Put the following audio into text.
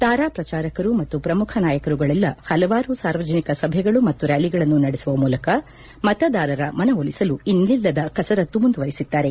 ತಾರಾ ಪ್ರಚಾರಕರು ಮತ್ತು ಪ್ರಮುಖ ನಾಯಕರುಗಳೆಲ್ಲ ಹಲವಾರು ಸಾರ್ವಜನಿಕ ಸಭೆಗಳು ಮತ್ತು ರ್ನಾಲಿಗಳನ್ನು ನಡೆಸುವ ಮೂಲಕ ಮತದಾರರ ಮನವೊಲಿಸಲು ಇನ್ನಿಲ್ಲದ ಕಸರತ್ತು ಮುಂದುವರಿಸಿದ್ದಾರೆ